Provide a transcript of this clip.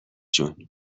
جون